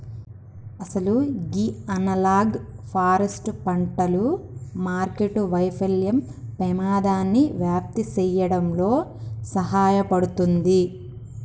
అసలు గీ analogue forest పంటలు మార్కెట్టు వైఫల్యం పెమాదాన్ని వ్యాప్తి సేయడంలో సహాయపడుతుంది